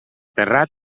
terrat